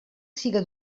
siga